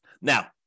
Now